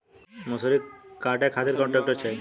मैसूर काटे खातिर कौन ट्रैक्टर चाहीं?